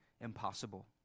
impossible